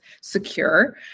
secure